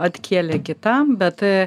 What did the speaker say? atkėlė kitam bet